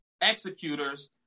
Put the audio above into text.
executors